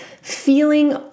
feeling